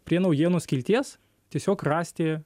prie naujienų skilties tiesiog rasti